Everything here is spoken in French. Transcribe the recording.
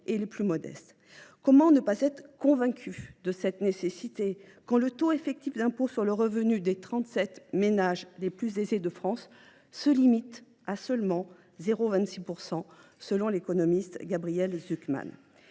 de nos concitoyens. Comment ne pas être convaincu de cette nécessité, quand le taux effectif d’impôt sur le revenu des trente sept ménages les plus aisés de France se limite à 0,26 % seulement, selon l’économiste Gabriel Zucman